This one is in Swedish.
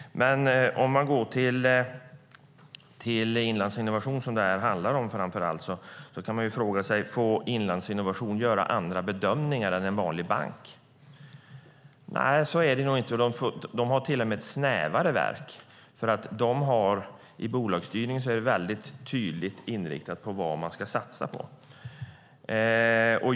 Om vi går till Inlandsinnovation, som det här framför allt handlar om, kan man dock fråga sig om Inlandsinnovation får göra andra bedömningar än en vanlig bank. Nej, så är det nog inte, utan de har till och med ett snävare verk. I bolagsstyrningen är det nämligen väldigt tydligt inriktat vad man ska satsa på.